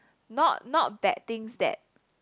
not not bad things that